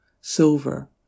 silver